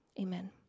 Amen